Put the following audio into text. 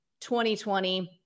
2020